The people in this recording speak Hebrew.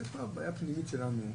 זה כבר בעיה פנימית שלנו,